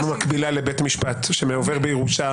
הם לא מקבילה לבית משפט שעובר בירושה,